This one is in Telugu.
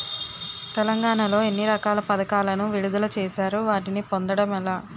తెలంగాణ లో ఎన్ని రకాల పథకాలను విడుదల చేశారు? వాటిని పొందడం ఎలా?